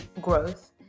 Growth